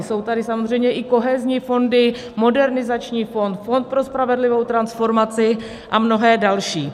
Jsou tady samozřejmě i kohezní fondy, Modernizační fond, Fond pro spravedlivou transformaci a mnohé další.